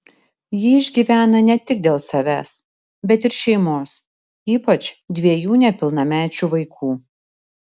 ji išgyvena ne tik dėl savęs bet ir šeimos ypač dviejų nepilnamečių vaikų